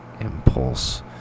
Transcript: impulse